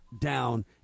down